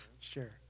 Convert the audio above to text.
sure